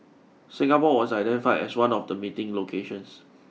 Singapore was identified as one of the meeting locations